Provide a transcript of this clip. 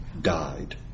died